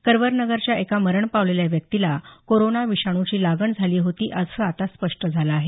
करवरनगरच्या एका मरण पावलेल्या व्यक्तीला कोरोना विषाणूची लागण झाली होती असं आता स्पष्ट झालं आहे